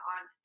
on